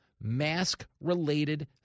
mask-related